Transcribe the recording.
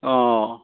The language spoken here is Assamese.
অঁ